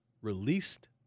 released